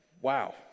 Wow